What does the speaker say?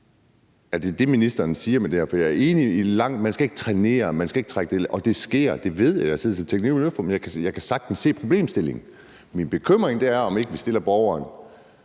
Er det det, ministeren siger med det her? Jeg er enig i, at man ikke skal trænere, man skal ikke trække det i langdrag, og det sker, det ved jeg. Jeg har siddet som teknik- og miljøudvalgsformand, og jeg kan sagtens se problemstillingen. Min bekymring er, om ikke vi stiller borgeren